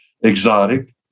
exotic